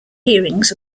hearings